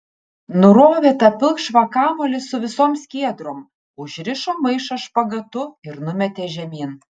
nurovė tą pilkšvą kamuolį su visom skiedrom užrišo maišą špagatu ir numetė žemyn